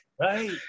right